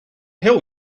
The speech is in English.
hell